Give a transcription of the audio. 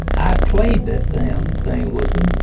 i played that damn thing with him,